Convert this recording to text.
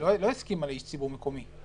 היא לא הסכימה לאיש ציבור מקומי.